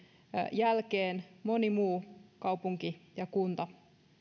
jälkeen moni muukin kaupunki ja kunta